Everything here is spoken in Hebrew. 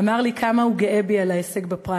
הוא אמר לי כמה הוא גאה בי על ההישג בפריימריז,